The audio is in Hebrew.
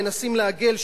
מנסים לעגל,